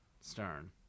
Stern